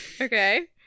Okay